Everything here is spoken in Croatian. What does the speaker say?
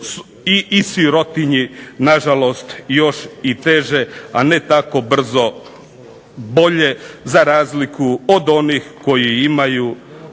i sirotinji nažalost još i teže,a ne tako brzo bolje. Za razliku od onih koji imaju